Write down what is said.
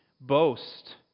boast